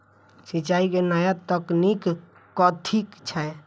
सिंचाई केँ नया तकनीक कथी छै?